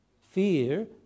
fear